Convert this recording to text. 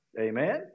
Amen